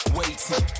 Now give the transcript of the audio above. waiting